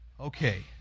Okay